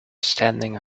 standing